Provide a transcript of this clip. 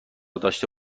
داشته